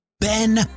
Ben